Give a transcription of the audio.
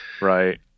right